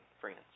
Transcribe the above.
friends